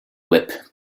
whip